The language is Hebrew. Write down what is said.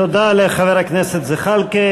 תודה לחבר הכנסת זחאלקה.